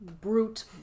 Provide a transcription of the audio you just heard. brute